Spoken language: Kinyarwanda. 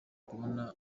kubona